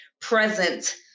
present